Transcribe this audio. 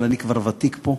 אבל אני כבר ותיק פה.